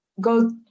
go